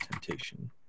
temptation